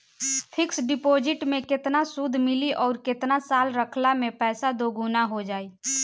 Fix deposit मे केतना सूद मिली आउर केतना साल रखला मे पैसा दोगुना हो जायी?